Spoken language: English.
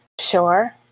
Sure